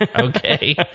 okay